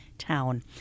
Town